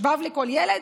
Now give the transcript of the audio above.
שבב לכל ילד?